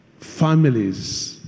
Families